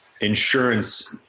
insurance